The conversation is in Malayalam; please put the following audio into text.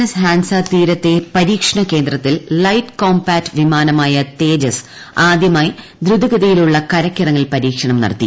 എസ് ഹാൻസ തീരത്തെ പരീക്ഷണ കേന്ദ്രത്തിൽ ലൈറ്റ് കോംപാറ്റ് വിമാനമായ തേജസ് ആദ്യമായി ദ്രുത ഗതിയിലുള്ള കരയ്ക്കിറങ്ങൽ പരീക്ഷണം നടത്തി